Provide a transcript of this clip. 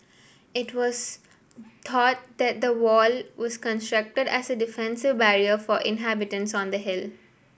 it was thought that the wall was constructed as defensive barrier for inhabitants on the hill